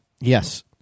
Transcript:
Yes